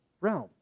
realm